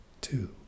two